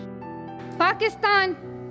pakistan